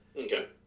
Okay